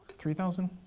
three thousand?